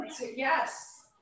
Yes